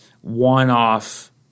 one-off